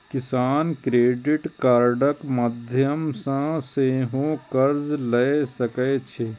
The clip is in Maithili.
किसान क्रेडिट कार्डक माध्यम सं सेहो कर्ज लए सकै छै